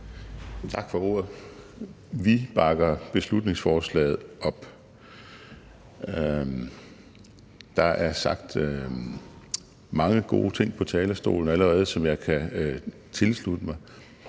Tak for ordet. Vi bakker beslutningsforslaget op. Der er allerede sagt mange gode ting på talerstolen, som jeg kan tilslutte mig.